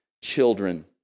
children